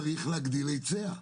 צריך להגדיל היצע,